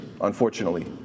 unfortunately